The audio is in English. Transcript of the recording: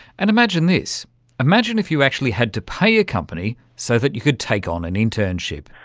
and imagine this imagine if you actually had to pay a company so that you could take on an internship.